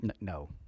no